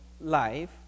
life